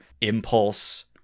Impulse